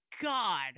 God